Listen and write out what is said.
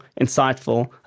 insightful